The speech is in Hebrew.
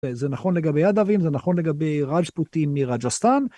זה נכון לגבי אדווין, זה נכון לגבי ראז' פוטין מראג'סטן.